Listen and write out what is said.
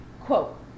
Quote